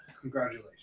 Congratulations